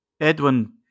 Edwin